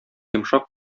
йомшак